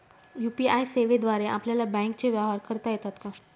UPI सेवेद्वारे आपल्याला बँकचे व्यवहार करता येतात का?